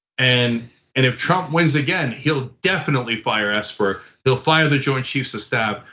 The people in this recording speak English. and and if trump wins again he'll definitely fire esper, he'll fire the joint chiefs of staff,